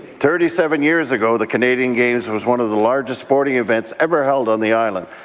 thirty-seven years ago, the canada and games was one of the largest sporting events ever held on the island.